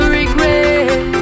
regret